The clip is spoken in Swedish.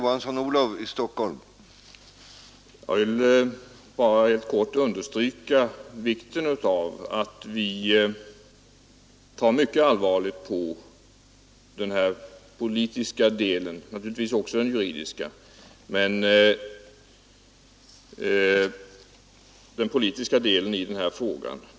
Herr talman! Jag vill bara helt kort understryka vikten av att vi tar mycket allvarligt på den politiska delen av denna fråga.